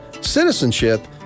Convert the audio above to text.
citizenship